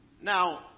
Now